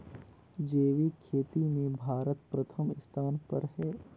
जैविक खेती म भारत प्रथम स्थान पर हे